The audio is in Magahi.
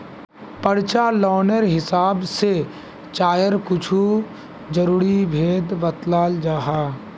प्रचालानेर हिसाब से चायर कुछु ज़रूरी भेद बत्लाल जाहा